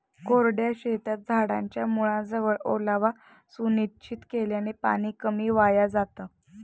कोरड्या शेतात झाडाच्या मुळाजवळ ओलावा सुनिश्चित केल्याने पाणी कमी वाया जातं